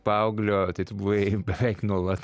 paauglio tai tu buvai beveik nuolat